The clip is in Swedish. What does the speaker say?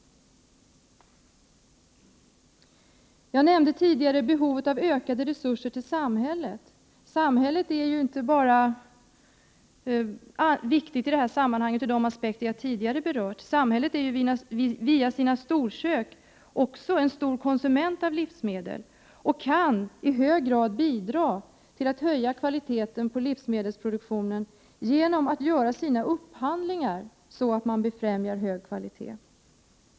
Jag nämnde tidigare det ökade behovet av större resurser till samhället. Samhället är ju inte viktigt bara ur de aspekter som jag tidigare berört i detta sammanhang. Genom sina storkök är ju samhället också en stor konsument av livsmedel och kan i hög grad genom upphandlingar som befrämjar hög kvalitet bidra till att höja kvaliteten på livsmedelsproduktionen.